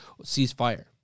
ceasefire